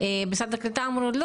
משרד העלייה והקליטה אמרו לו,